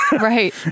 Right